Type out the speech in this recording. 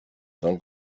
tal